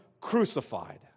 crucified